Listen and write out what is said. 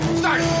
start